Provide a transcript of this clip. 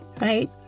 Right